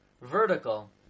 vertical